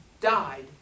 Died